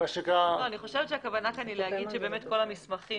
אני חושבת שהכוונה כאן היא לומר שכל המסמכים